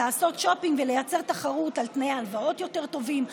לעשות שופינג ולייצר תחרות על תנאי הלוואות יותר טובים,